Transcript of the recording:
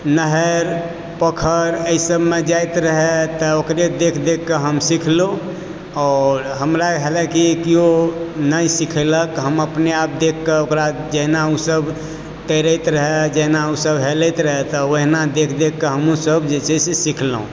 नहर पोखरि एहि सब मे जाइत रहैथ तऽ ओकरे देख देख कऽ हम सिखलहुॅं आओर हमरा हेलय के केओ नहि सिखौलक हम अपने आप देख कऽ ओकरा जहिना ओ सब तैरेत रहे जहिना ओ सब हेलैत रहे तऽ ओहिना देख देख कऽ हमहु सभ जे छै सऽ सिखलहुॅं